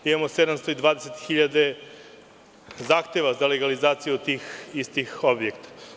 Imamo 720.000 zahteva za legalizaciju tih istih objekata.